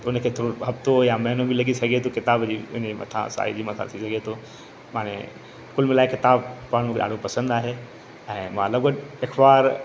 त उन खे थोरो हफ़्तो या महिनो बि लॻी सघे थो किताब जी इन जे मथां साईं जी मथां थी सघे थो माने कुलु मिलाए किताबु पढ़णु ॾाढो पसंदि आहे ऐं मां लॻभॻि अखबार